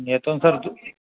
मी येतो न सर तू